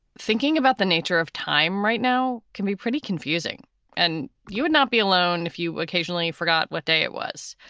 thinking about the nature of time right now can be pretty confusing and you would not be alone if you occasionally forgot what day it was.